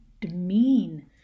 demean